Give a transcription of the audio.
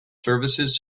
services